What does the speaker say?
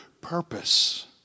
purpose